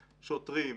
שוטרים,